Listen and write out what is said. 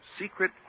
secret